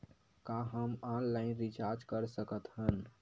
का हम online recharge कर सकत हन?